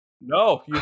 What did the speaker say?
No